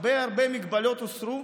הרבה הרבה מגבלות הוסרו.